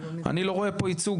אני לא רואה פה ייצוג